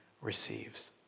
receives